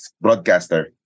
broadcaster